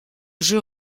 jeu